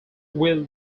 wheel